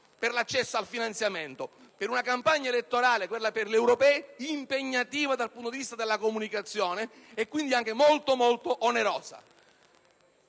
per l'accesso al finanziamento, per una campagna elettorale, quella per le europee, impegnativa dal punto di vista della comunicazione e quindi anche molto, molto onerosa.